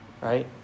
right